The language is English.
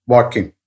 Walking